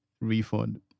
Refund